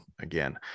again